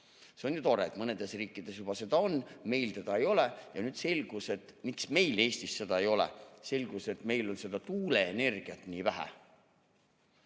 See on ju tore, et mõnedes riikides juba seda on. Meil seda ei ole ja selgus, miks meil Eestis seda ei ole. Selgus, et meil on seda tuuleenergiat nii vähe.